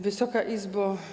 Wysoka Izbo!